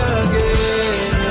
again